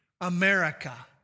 America